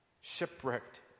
shipwrecked